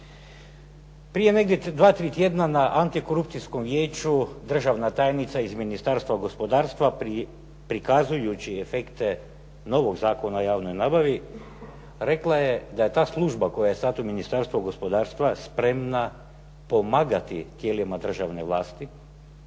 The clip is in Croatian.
Prije negdje dva, tri tjedna na Antikorupcijskom vijeću državna tajnica iz Ministarstva gospodarstva prikazujući efekte novog Zakona o javnoj nabavi, rekla je da je ta služba koja je sad u Ministarstvu gospodarstva spremna pomagati tijelima državne vlasti